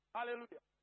Hallelujah